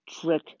trick